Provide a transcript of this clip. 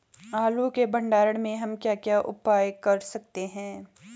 आलू के भंडारण में हम क्या क्या उपाय कर सकते हैं?